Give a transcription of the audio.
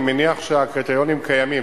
אני מניח שהקריטריונים קיימים.